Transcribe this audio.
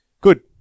Good